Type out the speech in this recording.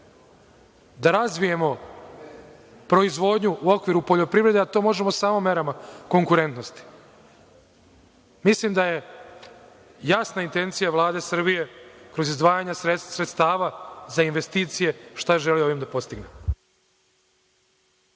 da razvijemo proizvodnju u okviru poljoprivrede, a to možemo samo merama konkurentnosti. Mislim da je jasna intencija Vlade Srbije kroz izdvajanje sredstava za investicije šta želi ovim da postigne.(Ivan